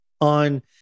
on